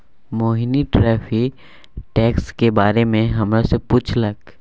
मोहिनी tariff टैक्सक बारे मे हमरा सँ पुछलक